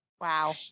Wow